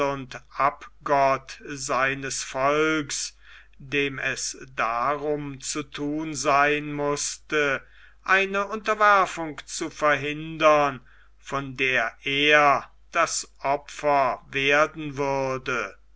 und abgott seines volks dem es darum zu thun sein mußte eine unterwerfung zu verhindern von der er das opfer werden würde